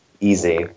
Easy